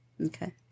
okay